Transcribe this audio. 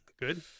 good